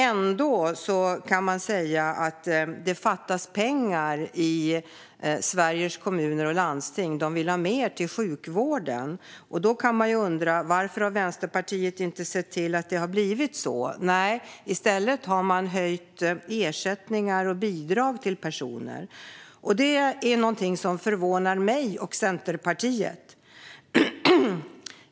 Ändå säger Nooshi Dadgostar att det fattas pengar i Sveriges Kommuner och Landsting, att de vill ha mer till sjukvården. Då undrar jag varför Vänsterpartiet inte har sett till att det har blivit så. Nej, i stället har de höjt ersättningar och bidrag till personer. Det är något som förvånar mig och Centerpartiet.